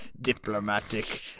Diplomatic